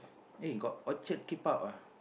eh got Orchard keep out ah